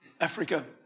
Africa